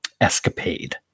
escapade